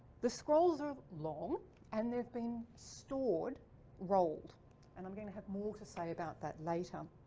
the scrolls are long and they've been stored rolled and i'm going to have more to say about that later.